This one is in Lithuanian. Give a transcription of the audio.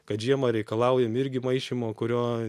kad žiemą reikalaujam irgi maišymo kurio